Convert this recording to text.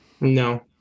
No